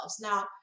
Now